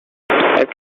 except